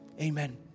Amen